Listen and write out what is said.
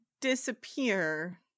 disappear